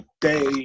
day